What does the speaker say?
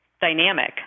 dynamic